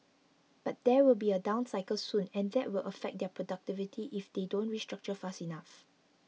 but there will be a down cycle soon and that will affect their productivity if they don't restructure fast enough